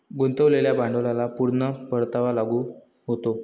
गुंतवलेल्या भांडवलाला पूर्ण परतावा लागू होतो